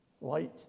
Light